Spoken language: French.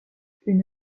une